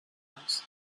les